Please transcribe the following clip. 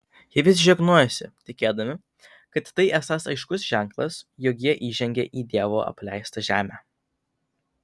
jie vis žegnojosi tikėdami kad tai esąs aiškus ženklas jog jie įžengė į dievo apleistą žemę